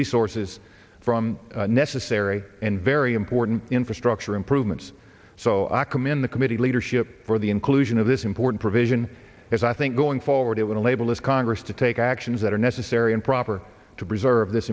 resources from necessary and very important infrastructure improvements so i commend the committee leadership for the inclusion of this important provision as i think going forward it would enable this congress to take actions that are necessary and proper to preserve this